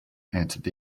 answered